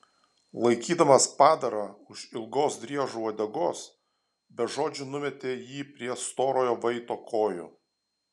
laikydamas padarą už ilgos driežo uodegos be žodžių numetė jį prie storojo vaito kojų